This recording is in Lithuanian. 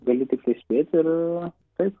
galiu tiktai spėt ir taip